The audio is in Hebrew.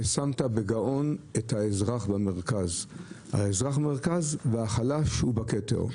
ששמת בגאון את האזרח במרכז והחלש הוא בכתר.